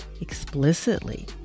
explicitly